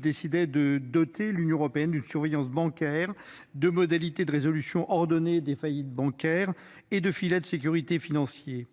décidé de doter l'Union européenne d'un mécanisme de surveillance bancaire, de modalités de résolution ordonnées des faillites bancaires et de filets de sécurité financiers.